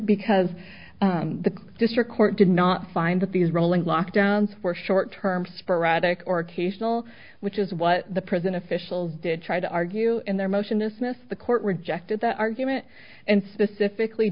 because the district court did not find that these rolling lockdowns were short term sporadic or occasional which is what the prison officials did try to argue in their motion isness the court rejected that argument and specifically